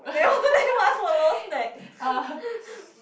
what one follows next